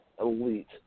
elite